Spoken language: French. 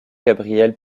gabriel